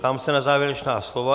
Ptám se na závěrečná slova.